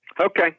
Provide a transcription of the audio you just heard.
Okay